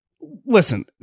listen